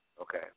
Okay